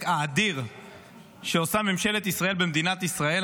האדיר שעושה ממשלת ישראל במדינת ישראל.